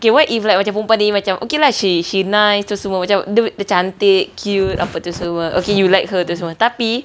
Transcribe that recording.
okay what if like macam perempuan ni macam okay lah she she nice tu semua macam dia dia cantik cute apa tu semua okay you like her tu semua